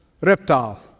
reptile